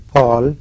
Paul